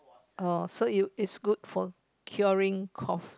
oh so you is good for curing cough